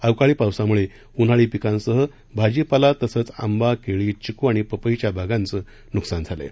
अवकाळी पावसामुळे उन्हाळी पिकांसह भाजीपाला तसंच आंबा केळी चिकू आणि पपईच्या बागांचं नुकसान झालं आहे